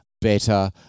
better